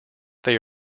they